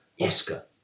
Oscar